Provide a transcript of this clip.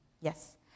yes